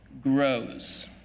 grows